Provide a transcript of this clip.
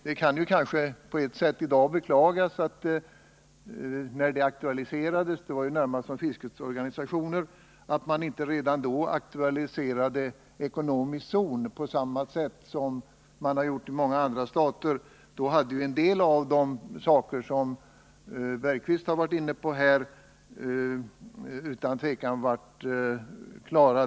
Det kan kanske i dag på sätt och vis beklagas att man inte då, när detta fördes fram av framför allt fiskenäringens organisationer, samtidigt aktualiserade frågan om en ekonomisk zon på samma sätt som man har gjort i många andra stater. Då hade en del av de frågor som Jan Bergqvist belyste i sitt anförande utan tvivel varit lösta.